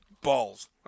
Balls